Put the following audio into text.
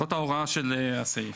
זאת ההוראה של הסעיף.